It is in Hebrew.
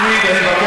מסורבת גט, המזבח.